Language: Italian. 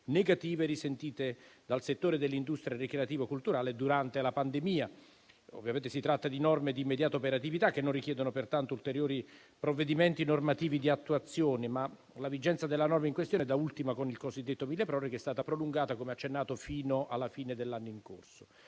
negative risentite dal settore dell'industria ricreativo-culturale durante la pandemia. Ovviamente si tratta di norme di immediata operatività, che non richiedono pertanto ulteriori provvedimenti normativi di attuazione, ma la vigenza della norma in questione, da ultimo con il cosiddetto milleproroghe, è stata prolungata, come accennato, fino alla fine dell'anno in corso.